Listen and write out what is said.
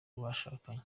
bashakanye